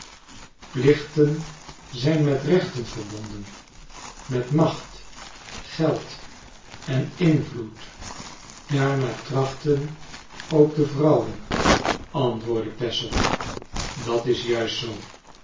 plichten zijn met rechten verbonden met macht geld en invloed daarnaar trachten ook de vrouwen antwoordde peszow dat is juist zoo